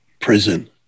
prison